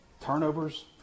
turnovers